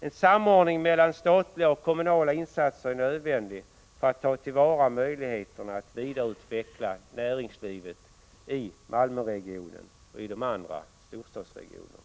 En samordning mellan stat och kommun är nödvändig för att man skall kunna ta till vara möjligheterna att vidareutveckla näringslivet i Malmöregionen och de andra storstadsregionerna.